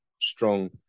strong